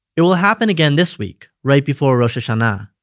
it will happen again this week, right before rosh hashanah.